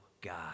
God